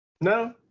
No